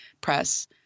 Press